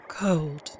Cold